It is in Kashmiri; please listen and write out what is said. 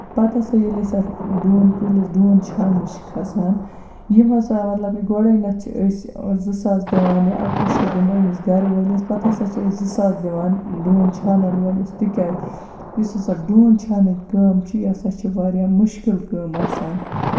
پَتہٕ ہسا ییٚلہِ أسۍ اَتھ ڈوٗنۍ کُلِس ڈوٗںۍ چھاننہِ چھِ کھسان یِم ہسا مطلب یہِ گۄدٕنیٚتھ چھِ أسۍ زٕ ساس دِوان یا اکہٕ وُہ شیٚتھ دِمو أمِس گرٕ وٲلِس پَتہٕ ہسا چھِ أسۍ زٕ ساس دِوان ڈوٗنۍ چھانن وٲلِس تِکیازِ یُس ہسا دوٗنۍ چھانٕنۍ کٲم چھِ یہِ سا چھِ واریاہ مُشکِل کٲم آسان